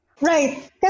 Right